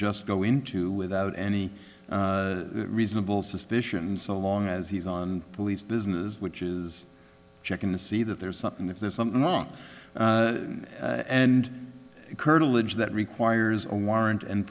just go into without any reasonable suspicion so long as he's on police business which is checking to see that there's something if there's something wrong and curtilage that requires a warrant and